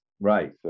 Right